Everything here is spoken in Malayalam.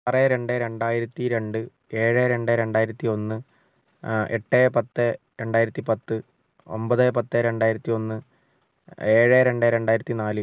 ആറ് രണ്ട് രണ്ടായിരത്തിരണ്ട് ഏഴ് രണ്ട് രണ്ടായിരത്തിയൊന്ന് എട്ട് പത്ത് രണ്ടായിരത്തി പത്ത് ഒൻപത് പത്ത് രണ്ടായിരത്തിയൊന്ന് ഏഴ് രണ്ട് രണ്ടായിരത്തിനാല്